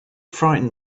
frightened